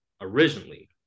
originally